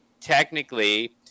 technically